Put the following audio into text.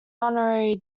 honorary